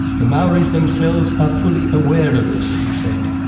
the maoris themselves are fully aware of this, he said.